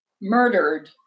murdered